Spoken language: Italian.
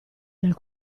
dal